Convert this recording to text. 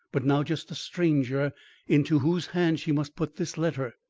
but now just a stranger into whose hand she must put this letter.